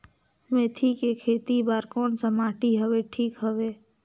मेथी के खेती बार कोन सा माटी हवे ठीक हवे?